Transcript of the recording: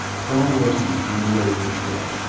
colonel royston turned away with a shrug.